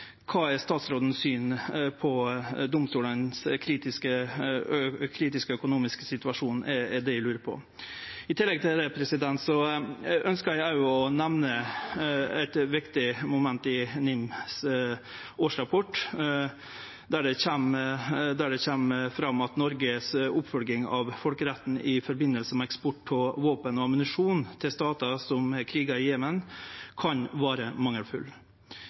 Kva er statsråden sitt syn på den kritiske økonomiske situasjonen til domstolane? Det er det eg lurer på. I tillegg ønskjer eg å nemne eit viktig moment i NIMs årsrapport der det kjem fram at Noregs oppfølging av folkeretten i samband med eksport av våpen og ammunisjon til statar som krigar i Jemen, kan